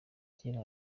kera